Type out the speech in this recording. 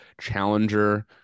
Challenger